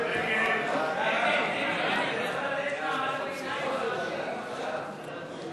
ההצעה להעביר את הצעת חוק לצמצום